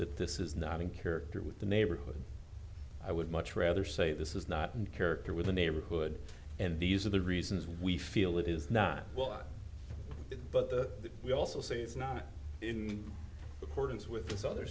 that this is not in character with the neighborhood i would much rather say this is not and character with the neighborhood and these are the reasons we feel it is not well but that we also say it's not in accordance with this other